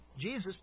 Jesus